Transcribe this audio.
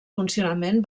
funcionament